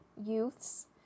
youths